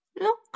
Look